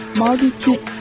multitude